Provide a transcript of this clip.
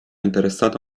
interessato